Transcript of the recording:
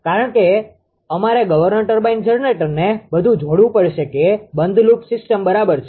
કારણ કે અમારે ગવર્નર ટર્બાઇન જનરેટરને બધું જોડવું પડશે કે બંધ લૂપ સિસ્ટમ બરાબર છે